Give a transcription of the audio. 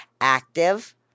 Active